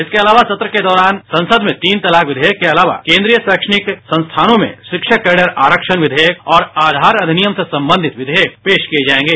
इसके अलावा सत्र के दौरान संसद में तीन तलाक विधेयक के अलावा केन्द्रीय शैक्षणिक संस्थानों में शिक्षक कैडर आरक्षण विधेयक और आधार अधिनियम से संबंधित विधेयक पेश किए जाएंगे